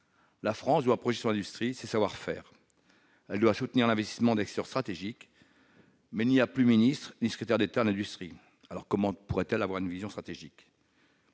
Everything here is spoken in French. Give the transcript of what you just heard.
La France doit protéger son industrie et ses savoir-faire. Elle doit soutenir l'investissement dans les secteurs stratégiques. Mais, comme il n'y a plus ni ministre ni secrétaire d'État à l'industrie, comment pourrait-elle avoir une vision stratégique ?